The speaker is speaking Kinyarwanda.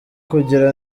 kugira